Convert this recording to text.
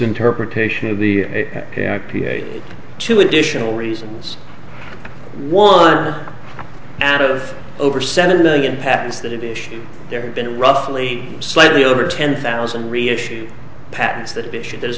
interpretation of the two additional reasons one out of over seven million patents that it is there in roughly slightly over ten thousand reissue patents that there